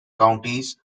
counties